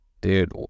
Dude